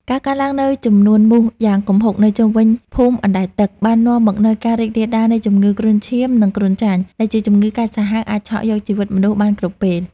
ការកើនឡើងនូវចំនួនមូសយ៉ាងគំហុកនៅជុំវិញភូមិអណ្តែតទឹក បាននាំមកនូវការរីករាលដាលនៃជំងឺគ្រុនឈាម និងគ្រុនចាញ់ ដែលជាជំងឺកាចសាហាវអាចឆក់យកជីវិតមនុស្សបានគ្រប់ពេល។